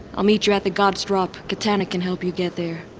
i'll meet you at the god's drop. katana can help you get there.